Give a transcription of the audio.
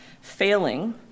failing